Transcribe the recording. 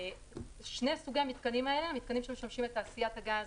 שני סוגי המתקנים האלה: המתקנים שמשמשים את תעשיית הגז